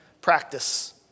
practice